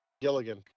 Gilligan